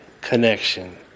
connection